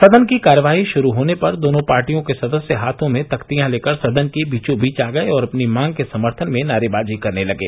सदन की कार्यवाही शुरू होने पर दोनों पार्टियों के सदस्य हाथों में तख्तियां लेकर सदन के बीचों बीच आ गए और अपनी मांग के समर्थन में नारेबाजी करने लगे